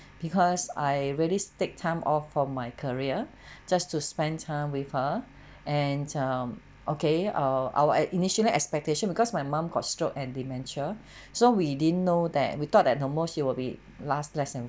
because I really take time off from my career just to spend time with her and um okay err our initially expectation because my mum got stroke and dementia so we didn't know that we thought the most she be last less than